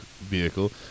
vehicle